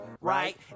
right